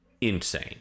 insane